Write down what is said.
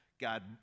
God